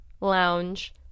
lounge